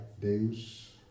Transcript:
Deus